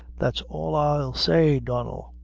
that's all i'll say, donnel.